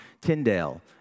Tyndale